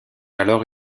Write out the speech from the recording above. alors